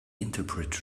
interpret